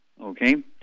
okay